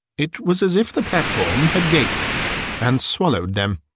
it was as if the platform had gaped and swallowed them.